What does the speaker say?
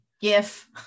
GIF